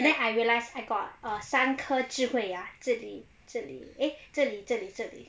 then I realised I got ah 三颗智慧牙这里这里 eh 这里这里这里